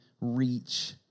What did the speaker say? reach